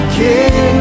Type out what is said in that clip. king